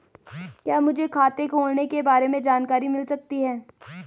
क्या मुझे खाते खोलने के बारे में जानकारी मिल सकती है?